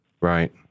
right